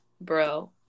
bro